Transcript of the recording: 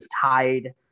tied